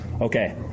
Okay